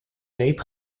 zeep